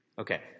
Okay